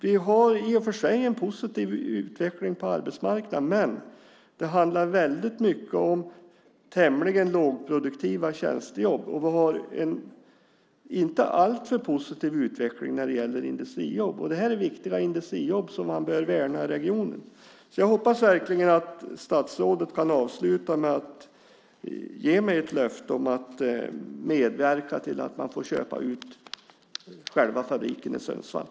Vi har i och för sig en positiv utveckling på arbetsmarknaden, men det handlar väldigt mycket om tämligen lågproduktiva tjänstejobb. Utvecklingen är inte alltför positiv när det gäller industrijobb. Detta handlar om viktiga industrijobb som man bör värna i regionen. Jag hoppas alltså att statsrådet kan avsluta med att ge mig ett löfte om att medverka till ett utköp av själva fabriken i Sundsvall.